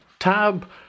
tab